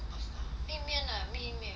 make 面 ah make 面 with me